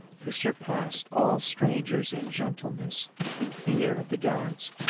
who surpassed all strangers in gentleness and fear of the gods,